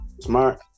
Smart